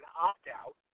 opt-out